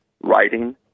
writing